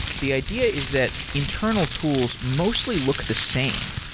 the idea is that internal tools mostly look the same.